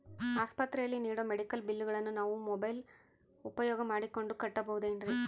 ಆಸ್ಪತ್ರೆಯಲ್ಲಿ ನೇಡೋ ಮೆಡಿಕಲ್ ಬಿಲ್ಲುಗಳನ್ನು ನಾವು ಮೋಬ್ಯೆಲ್ ಉಪಯೋಗ ಮಾಡಿಕೊಂಡು ಕಟ್ಟಬಹುದೇನ್ರಿ?